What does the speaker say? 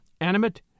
animate